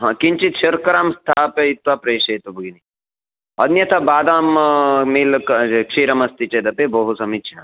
हा किञ्चित् शर्करां स्थापयित्वा प्रेषयतु भगिनी अन्यथा बादां मील् क्षीरमस्ति चेदपि बहु समीचीनम्